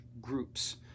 groups